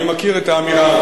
אני מכיר את האמירה.